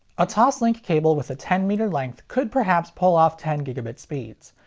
a toslink cable with a ten meter length could perhaps pull off ten gigabit speeds.